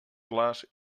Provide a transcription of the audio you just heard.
clars